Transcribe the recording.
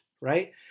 right